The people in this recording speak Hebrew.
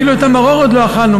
אפילו את המרור עוד לא אכלנו,